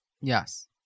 Yes